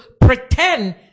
pretend